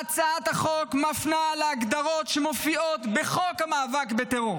הצעת החוק מפנה להגדרות שמופיעות בחוק המאבק בטרור.